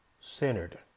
centered